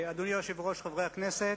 אדוני היושב-ראש, חברי הכנסת,